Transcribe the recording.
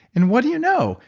and what do you know?